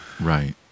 Right